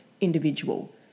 individual